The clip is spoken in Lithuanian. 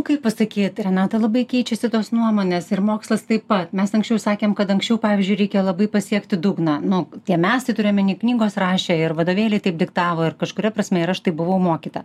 kaip pasakyt renata labai keičiasi tos nuomonės ir mokslas taip pat mes anksčiau sakėm kad anksčiau pavyzdžiui reikėjo labai pasiekti dugną nu tie mes tai turiu omeny knygos rašė ir vadovėliai taip diktavo ir kažkuria prasme ir aš taip buvau mokyta